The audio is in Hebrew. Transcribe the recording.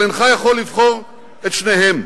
אבל אינך יכול לבחור את שניהם,